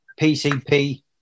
PCP